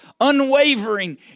unwavering